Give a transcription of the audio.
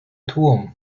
tłum